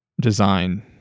design